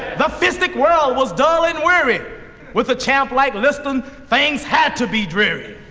the fistic world was dull and weary with a champ like liston, things had to be dreary.